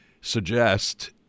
suggest